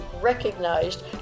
recognized